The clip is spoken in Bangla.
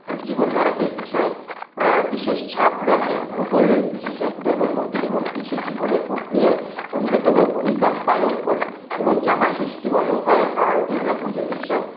জীবনধারাকে বিষয় বিশেষ ছাপ রাখে ভূগোল বিশেষত্ব এবং নদী এবং কৃষি জীবনের প্রক্রিয়ায় অন্যতম ভূমিকা পালন করে এবং জামাই ষষ্ঠী বল বা দুর্গা পুজো এইসব